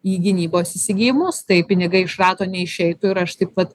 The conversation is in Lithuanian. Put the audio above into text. į gynybos įsigijimus tai pinigai iš rato neišeitų ir aš taip pat